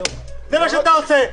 זה מה שאתה עושה.